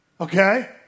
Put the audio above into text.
Okay